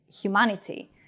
humanity